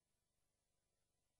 שעל